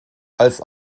als